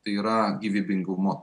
tai yra gyvybingumu